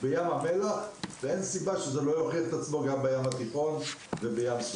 בים המלח ואין סיבה שזה לא יוכיח את עצמו גם בים התיכון ובים סוף.